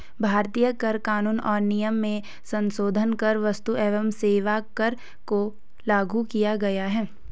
भारतीय कर कानून और नियम में संसोधन कर क्स्तु एवं सेवा कर को लागू किया गया है